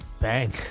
Bang